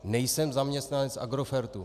Nejsem zaměstnanec Agrofertu.